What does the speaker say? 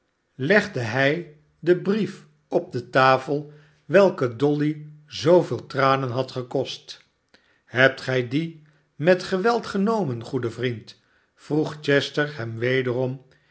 legde hij den brief op de tafel welke dolly zooveel tranen had gekost hebt gij dien met geweld genomen goede vriend vroeg chester hem wederom